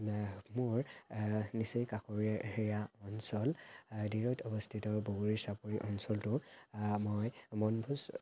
মোৰ নিচেই কাষৰীয়া হেৰিয়া অঞ্চল দিৰৈত অৱস্থিত বগৰী চাপৰি অঞ্চলটো মই বনভোজ